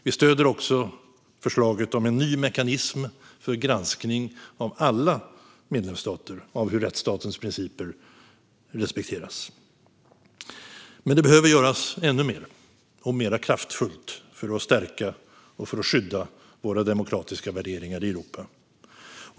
Vi stöder också förslaget om en ny mekanism för granskning av alla medlemsstater gällande hur rättsstatens principer respekteras. Det behöver dock göras ännu mer - och mer kraftfullt - för att stärka och skydda våra demokratiska värderingar i Europa.